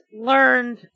learned